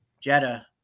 Jetta